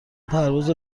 پرواز